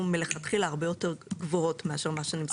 מלכתחילה הרבה יותר גבוהות מאשר מה שנכנס.